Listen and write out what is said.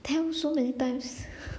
tell so many times